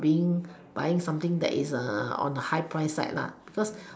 being buying something that is on the high price side lah because